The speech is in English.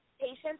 patients